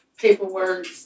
paperwork